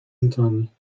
antoni